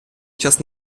час